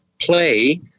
play